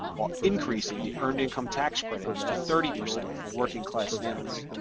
while increasing the earned income tax credit to thirty percent for working class families.